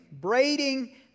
braiding